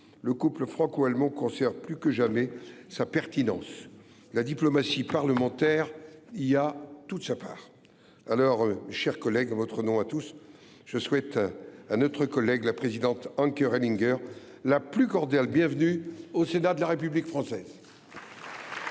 le couple franco allemand conserve plus que jamais sa pertinence. La diplomatie parlementaire y a toute sa part. Mes chers collègues, en votre nom à tous, je souhaite à Mme la présidente Anke Rehlinger la plus cordiale bienvenue au Sénat de la République française ! L’ordre